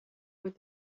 with